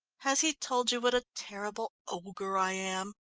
has he told you what a terrible ogre i am?